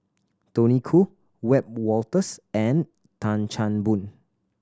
Tony Khoo Wiebe Wolters and Tan Chan Boon